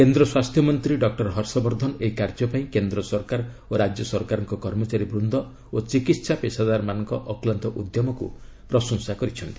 କେନ୍ଦ୍ର ସ୍ୱାସ୍ଥ୍ୟମନ୍ତ୍ରୀ ଡକୁର ହର୍ଷବର୍ଦ୍ଧନ ଏହି କାର୍ଯ୍ୟପାଇଁ କେନ୍ଦ୍ର ସରକାର ଓ ରାଜ୍ୟ ସରକାରଙ୍କ କର୍ମଚାରୀବୃନ୍ଦ ଓ ଚିକିତ୍ସା ପେସାଦାରମାନଙ୍କ ଅକ୍ଲାନ୍ତ ଉଦ୍ୟମକୁ ପ୍ରଶଂସା କରିଛନ୍ତି